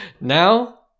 Now